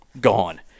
gone